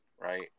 right